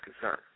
concern